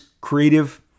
creative